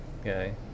Okay